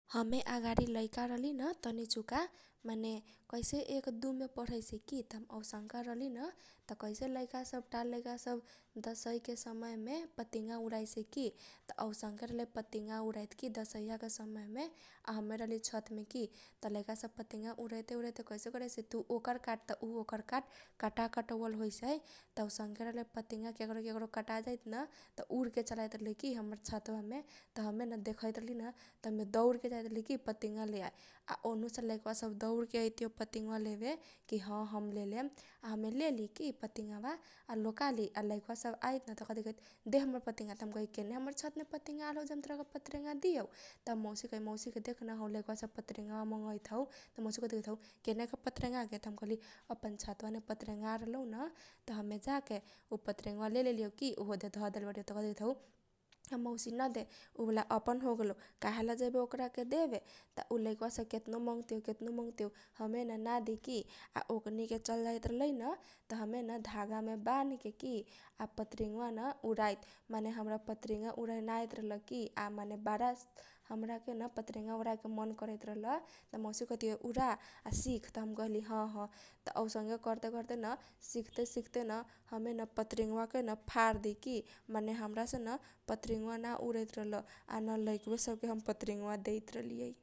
हमे अगाडि लैका रहली न तनी चुका माने कैसे एक, दु, मे पढैसै की । त हम औसनका रहली न त कसै लैका सब टाल लैका सब दशैं के समय मे पतिंगा उराइसै की। त औसनके रहलै पतिंगा उराइत की। त दशैं या समय मे आ हमे रहलीयै छत मे की । त लैका सब पतिंगा उरैते उरैते कैसे करैसै तु ओकर काट त उ ओकर काट कटा कटौयल होइसै। त औसनके रहलै पतिंगा के करो के करो कटा जाइत न । त उर के चल आइत रहलै की हमर छतवा मे। त हमे न देखैत रहलीन त हमे दौर के जाइत रहली की पतिंगावा लेआए । आ उनहु से लैकाबा सब दौर के अइतीयौ पतिंगा वा लेबे की ह हम लेलेम। त हम लेली की पतिंगावा आ लोका लि आ लैकावा सब आइत न त कहे दे हमर पतिंगा त हम केने हमर छत मे पतिंगा आल हौजे हम तोरा पतिंगा दियौ। त हमर मौसीके कही मौसी गे देखन हौ लैकवा सब पतिंगा मंगैत हौ । त हमर मौसी कथी कहैत हौ केने के पतिरिंगा गे त हम कहली अपन छतवा मे पतरेंगा आल रहलौन। त हमे जाके उ पतरिंगावा लेलेलि कि ओदे धदेल गेल बारीऔ। त कथी कहैत हौ हमर मौसी ना दे उ बाला अपन होगेलौ। काहेला जैबे ओकरा के देबे त उ लैकवा सब केतनो मंगतियौ केतनो मंगतियौ हमे न नादि की आ लैकवा सब चल जाइत रहलैन। त हमेन धागा मे बानके की आ पतरिंगावा न उराइत रहली। माने न हमरा न पतरिंगा उराय ना आइत रहल की । आ माने बारा सौख हमरा केन पतरिंगा उराय के मन करैत रहल। हमर मौसी कहतीयौ उरा आ सिख । त हम कहली हह त औसनके करते करते न सिखते सिखते न हमेन पतरिंगावा केन फारदी की । माने हमरा सेन पतरिंगावा ना उरैत रहल आ ना लैकबे सब के देइत रहलीअइ।